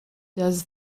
does